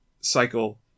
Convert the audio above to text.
cycle